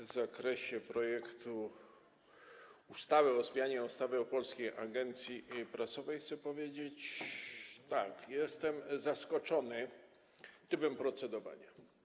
w zakresie projektu ustawy o zmianie ustawy o Polskiej Agencji Prasowej, chcę powiedzieć, że jestem zaskoczony trybem procedowania.